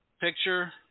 picture